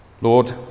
Lord